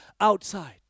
outside